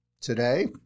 Today